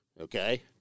Okay